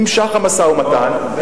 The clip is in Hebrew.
נמשך המשא-ומתן,